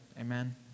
amen